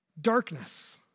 Darkness